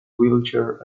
wheelchair